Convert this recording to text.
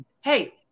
Hey